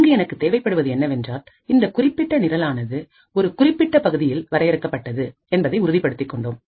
இங்கு எனக்கு தேவைப்படுவது என்னவென்றால் இந்த குறிப்பிட்ட நிரல் ஆனது ஒரு குறிப்பிட்ட பகுதியில் வரையறுக்கப்பட்டது என்பதை உறுதிப்படுத்திக் கொண்டோம்